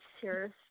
serious